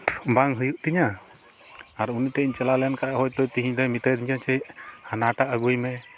ᱵᱟᱝ ᱦᱩᱭᱩᱜ ᱛᱤᱧᱟᱹ ᱟᱨ ᱩᱱᱤ ᱴᱷᱮᱱ ᱤᱧ ᱪᱟᱞᱟᱣ ᱞᱮᱱ ᱠᱷᱟᱱ ᱦᱳᱭᱛᱳ ᱛᱤᱦᱤᱧ ᱫᱚᱭ ᱢᱮᱛᱟ ᱫᱤᱧᱟᱹ ᱡᱮ ᱦᱟᱱᱟᱴᱟᱜ ᱟᱹᱜᱩᱭ ᱢᱮ